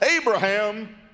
Abraham